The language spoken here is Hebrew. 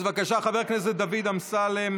אז בבקשה, חבר הכנסת דוד אמסלם.